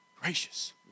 gracious